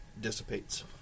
dissipates